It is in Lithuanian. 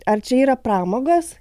ar čia yra pramogos